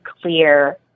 clear